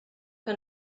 que